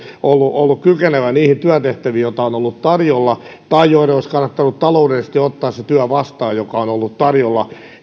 ollut ollut kykenevä niihin työtehtäviin joita on ollut tarjolla tai joiden olisi kannattanut taloudellisesti ottaa vastaan se työ joka on ollut tarjolla